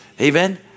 Amen